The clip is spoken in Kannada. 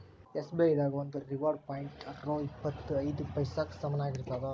ಎಸ್.ಬಿ.ಐ ದಾಗ ಒಂದು ರಿವಾರ್ಡ್ ಪಾಯಿಂಟ್ ರೊ ಇಪ್ಪತ್ ಐದ ಪೈಸಾಕ್ಕ ಸಮನಾಗಿರ್ತದ